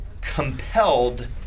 compelled